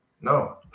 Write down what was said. No